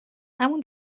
همون